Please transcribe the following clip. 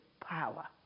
power